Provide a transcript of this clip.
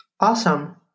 Awesome